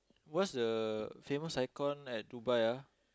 what's the famous icon at Dubai ah